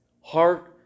heart